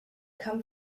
come